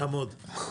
אעמוד.